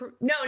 no